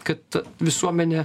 kad visuomenė